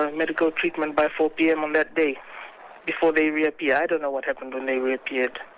and medical treatment, by four pm on that day before they reappear. i don't know what happened when they reappeared,